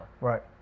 right